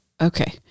Okay